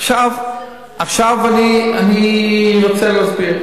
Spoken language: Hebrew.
עכשיו אני רוצה להסביר.